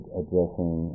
addressing